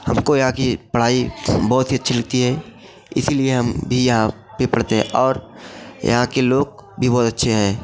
हमको यहाँ की पढ़ाई बहुत ही अच्छी लगती है इसलिए हम भी यहाँ पर पढ़ते हैं और यहाँ के लोग भी बहुत अच्छे हैं